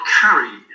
carry